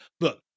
look